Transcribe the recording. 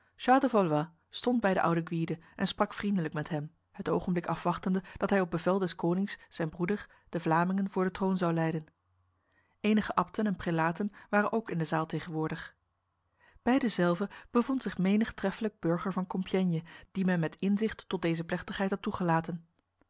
stond bij de oude gwyde en sprak vriendelijk met hem het ogenblik afwachtende dat hij op bevel des konings zijn broeder de vlamingen voor de troon zou leiden enige abten en prelaten waren ook in de zaal tegenwoordig bij dezelve bevond zich menig treffelijk burger van compiègne die men met inzicht tot deze plechtigheid had toegelaten